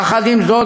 יחד עם זאת,